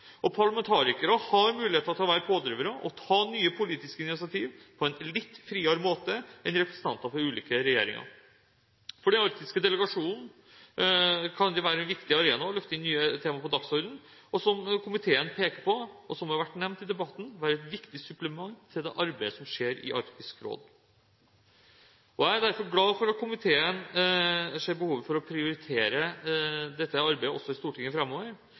Parlamentarikere har muligheten til å være pådrivere og ta nye politiske initiativ på en litt friere måte enn representanter for ulike regjeringer. For den arktiske delegasjonen kan det være en viktig arena å løfte inn nye tema på dagsordenen på, og som komiteen peker på, og som det har vært nevnt i debatten, kan det være et viktig supplement til det arbeidet som skjer i Arktisk råd. Jeg er derfor glad for at komiteen ser behovet for å prioritere dette arbeidet i Stortinget også framover.